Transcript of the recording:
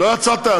לא יצאת?